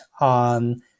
on